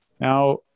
Now